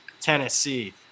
Tennessee